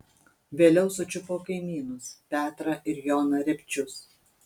vėliau sučiupo kaimynus petrą ir joną repčius